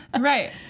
right